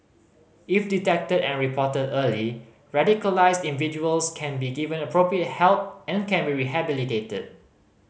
if detected and reported early radicalised individuals can be given appropriate help and can be rehabilitated